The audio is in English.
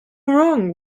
wrong